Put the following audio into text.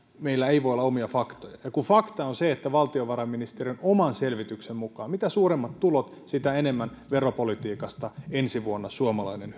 meillä ei voi olla omia faktoja ja fakta on se että valtiovarainministeriön oman selvityksen mukaan mitä suuremmat tulot sitä enemmän veropolitiikasta ensi vuonna suomalainen